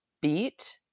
beat